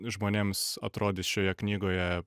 žmonėms atrodys šioje knygoje